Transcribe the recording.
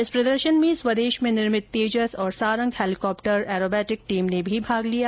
इस प्रदर्शन में स्वदेश में निर्मित तेजस और सारंग हेलिकॉप्टर ऐरोबेटिक टीम ने भी भाग लिया